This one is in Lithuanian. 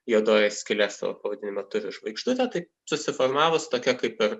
juodoji skylė savo pavadinime turi žvaigždutę tai susiformavus tokia kaip ir